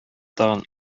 тагын